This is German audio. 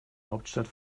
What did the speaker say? hauptstadt